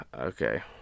Okay